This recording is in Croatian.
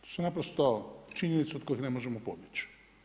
To su naprosto činjenice od kojih ne možemo pobjeći.